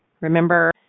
remember